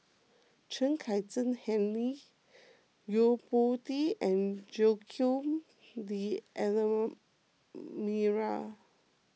Chen Kezhan Henri Yo Po Tee and Joaquim D'Almeida